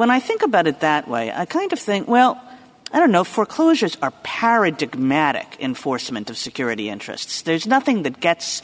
when i think about it that way i kind of think well i don't know foreclosures are parodic mattick enforcement of security interests there's nothing that gets